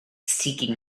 seeking